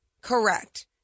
Correct